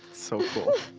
so cool.